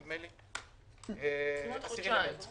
כן קיבלתי מכתב חזרה ממנכ"ל משרד הביטחון